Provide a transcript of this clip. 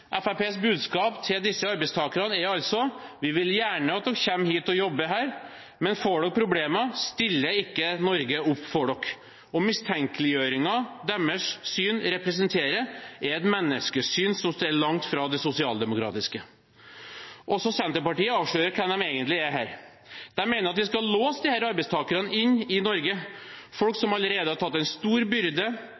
altså: Vi vil gjerne at dere kommer hit og jobber her, men får dere problemer, stiller ikke Norge opp for dere. Mistenkeliggjøringen synet deres representerer, er et menneskesyn som står langt fra det sosialdemokratiske. Også Senterpartiet avslører her hvem de egentlig er. De mener at vi skal låse disse arbeidstakerne inne i Norge. Folk